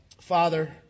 Father